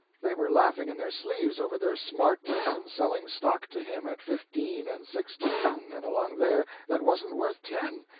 they were laughing in their sleeves over their smartness in selling stock to him at fifteen and sixteen and along there that wasn't worth ten.